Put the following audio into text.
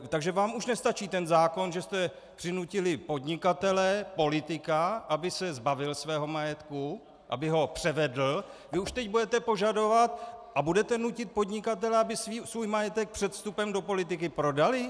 Takže vám už nestačí ten zákon, že jste přinutili podnikatele, politika, aby se zbavil svého majetku, aby ho převedl, vy už teď budete požadovat a budete nutit podnikatele, aby svůj majetek před vstupem do politiky prodali?